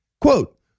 Quote